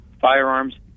firearms